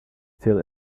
still